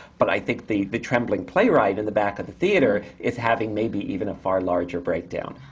but i think the the trembling playwright in the back of the theatre is having maybe even a far larger breakdown.